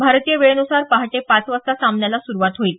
भारतीय वेळेनुसार पहाटे पाच वाजता सामन्याला सुरुवात होईल